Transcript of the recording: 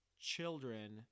children